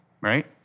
right